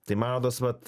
tai man rodos vat